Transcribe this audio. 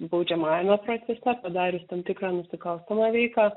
baudžiamajame procese padarius tam tikrą nusikalstamą veiką